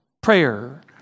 prayer